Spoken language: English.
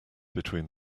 between